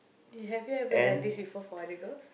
you have you ever done this before for other girls